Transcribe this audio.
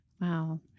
Wow